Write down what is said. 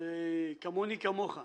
כמוני-כמוך.